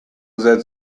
that